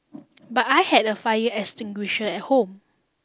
but I had a fire extinguisher at home